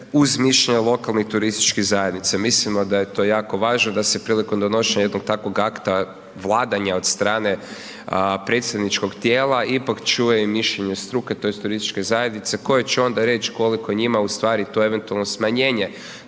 uz mišljenje lokalnih turističkih zajednica. Mislimo da je to jako važno, da se prilikom donošenja jednog takvog akta, vladanja od strane predsjedničkog tijela ipak čuje i mišljenje struke tj. turističke zajednice koje će onda reć koliko je njima u stvari to eventualno smanjenje